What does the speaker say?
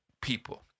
people